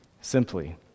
simply